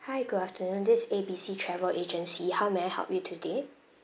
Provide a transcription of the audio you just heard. hi good afternoon this is A B C travel agency how may I help you today